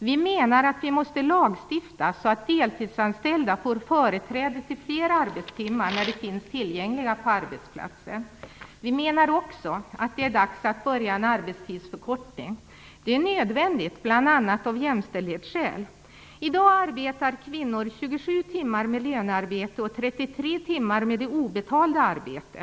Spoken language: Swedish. Vi menar att det är nödvändigt att lagstifta så att deltidsanställda får företräde till fler arbetstimmar när de finns tillgängliga på arbetsplatsen. Vi menar också att det är dags att påbörja en arbetstidsförkortning. Det är nödvändigt bl.a. av jämställdhetsskäl. I dag arbetar kvinnor 27 timmar med lönearbete och 33 timmar med obetalt arbete.